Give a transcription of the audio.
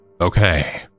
okay